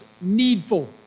needful